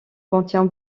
contient